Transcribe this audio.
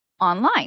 online